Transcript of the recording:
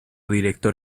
director